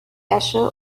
esche